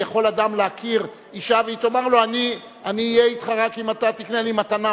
אדם להכיר אשה והיא תאמר לו: אני אהיה אתך רק אם תקנה לי מתנה,